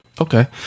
Okay